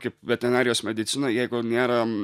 kaip veterinarijos medicinoj jeigu nėra